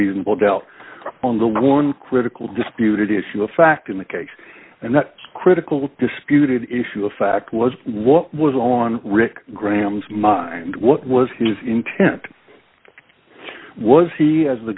reasonable doubt on the one critical disputed issue of fact in the case and that critical disputed issue of fact was what was on rick graham's mind what was his intent was he as the